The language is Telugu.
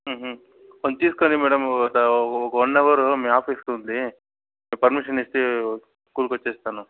కొం చూసుకోండి మేడం ఒక ఒ వన్ అవరు మీ ఆఫీస్ ఉంది పర్మిషన్ ఇచ్చి స్కూల్కి వచ్చేస్తాను